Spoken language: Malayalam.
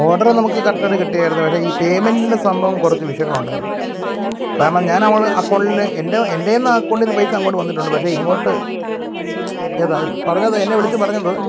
ഓഡറ് നമുക്ക് കറക്റ്റായിട്ട് കിട്ടിയായിരുന്നു പക്ഷെ ഈ പേയ്മെൻറ്റ് സംഭവം കുറച്ചു വിഷയങ്ങൾ ഉണ്ടായിരുന്നു കാരണം ഞാൻ അങ്ങോട്ട് അക്കൗണ്ടില് എൻ്റെ എൻ്റെ എന്നാൽ ആക്കൗണ്ടിൽ നിന്ന് പൈസ അങ്ങോട്ട് വന്നിട്ടുണ്ട് പക്ഷെ ഇങ്ങോട്ട് ഏതാ ഈ പറഞ്ഞത് എന്നെ വിളിച്ചും പറഞ്ഞത്